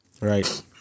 Right